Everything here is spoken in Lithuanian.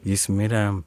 jis mirė